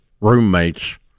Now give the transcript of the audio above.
roommate's